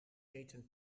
eten